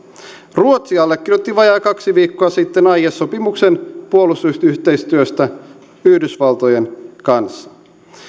ruotsi allekirjoitti vajaat kaksi viikkoa sitten aiesopimuksen puolustusyhteistyöstä yhdysvaltojen kanssa